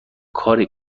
کاری